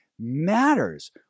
matters